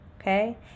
okay